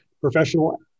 professional